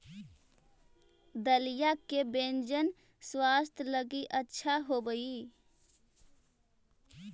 दलिया के व्यंजन स्वास्थ्य लगी अच्छा होवऽ हई